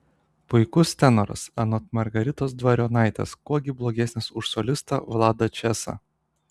puikus tenoras anot margaritos dvarionaitės kuo gi blogesnis už solistą vladą česą